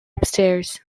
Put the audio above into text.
upstairs